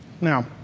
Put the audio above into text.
Now